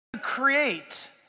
Create